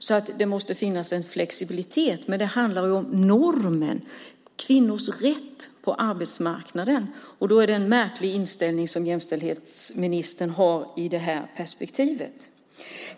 Det måste alltså finnas en flexibilitet, men det handlar om normen och kvinnors rätt på arbetsmarknaden. Jämställdhetsministerns inställning är märklig i det perspektivet.